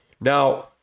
Now